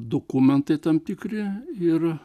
dokumentai tam tikri ir